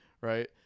Right